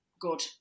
good